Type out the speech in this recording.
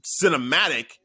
cinematic